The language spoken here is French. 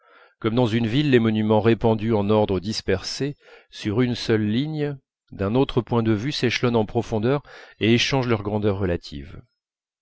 comme dans une ville les monuments répandus en ordre dispersé sur une seule ligne d'un autre point de vue s'échelonnent en profondeur et échangent leurs grandeurs relatives